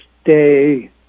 stay